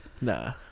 Nah